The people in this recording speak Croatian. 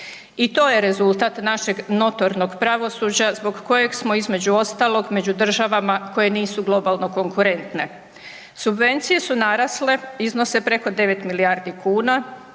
I to je rezultat našeg notornog pravosuđa zbog kojeg smo između ostalog među državama koje nisu globalno konkurentne. Subvencije su narasle, iznose preko 9 milijardi kuna.